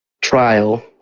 trial